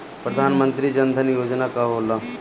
प्रधानमंत्री जन धन योजना का होला?